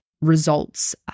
results